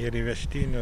ir įvežtinių